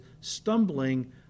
stumbling